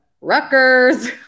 Rutgers